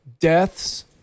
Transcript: Deaths